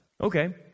Okay